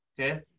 Okay